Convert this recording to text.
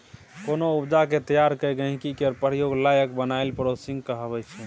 कोनो उपजा केँ तैयार कए गहिंकी केर प्रयोग लाएक बनाएब प्रोसेसिंग कहाबै छै